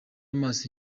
amaso